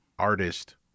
Artist